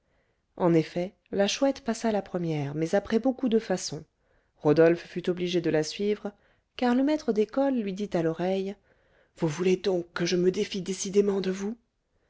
en effet la chouette passa la première mais après beaucoup de façons rodolphe fut obligé de la suivre car le maître d'école lui dit à l'oreille vous voulez donc que je me défie décidément de vous